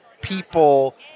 people